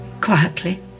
quietly